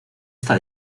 está